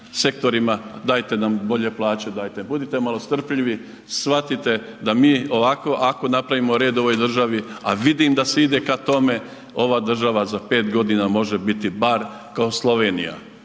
sektorima dajte nam bolje plaće, dajte, budite malo strpljivi, shvatite da mi ovako ako napravimo red u državi a vidim da se ide ka tome, ova država za 5 g. može biti bar kao Slovenija.